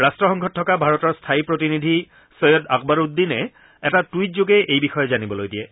ৰাট্টসংঘত থকা ভাৰতৰ স্থায়ী প্ৰতিনিধি ছৈয়দ আকবৰউদ্দিনে এটা টুইটযোগে এই বিষয়ে জানিবলৈ দিয়ে